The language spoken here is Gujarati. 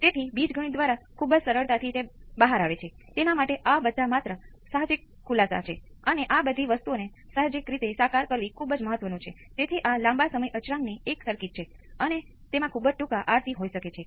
તેથી મારો મતલબ છે કે જો તમારી પાસે શ્રેણીમાં C 1 અને C 2 હોય તો તમે તેનું મૂલ્ય C 1 C 2 વિભાજિત C 1 C 2 એકજ કેપેસિટર તરીકે લો છો